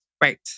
Right